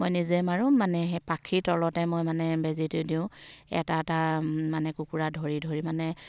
মই নিজে মাৰোঁ মানে সেই পাখীৰ তলতে মই মানে বেজীটো দিওঁ এটা এটা মানে কুকুৰা ধৰি ধৰি মানে